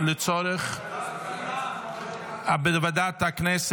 34 בעד, חמישה מתנגדים.